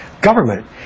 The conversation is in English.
government